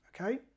okay